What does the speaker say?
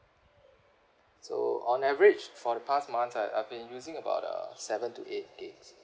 so on average for the past month I I've been using about uh seven to eight gigs